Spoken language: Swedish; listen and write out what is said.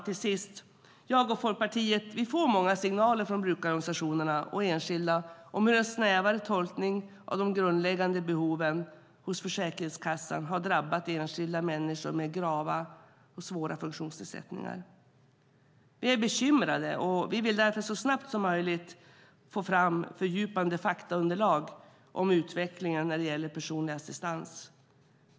Till sist: Jag och Folkpartiet får många signaler från brukarorganisationerna och enskilda om hur en snävare tolkning av de grundläggande behoven hos Försäkringskassan har drabbat enskilda människor med grava och svåra funktionsnedsättningar. Vi är bekymrade och vill därför så snabbt som möjligt få fram fördjupande faktaunderlag om utvecklingen när det gäller personlig assistans.